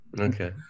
Okay